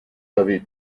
avez